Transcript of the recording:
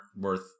worth